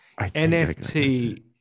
NFT